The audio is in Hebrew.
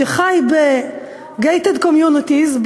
שחי ב-gated communities,